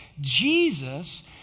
Jesus